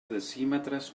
decímetres